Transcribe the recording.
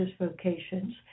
vocations